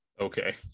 Okay